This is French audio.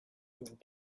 durant